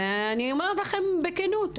אני אומרת לכן בכנות,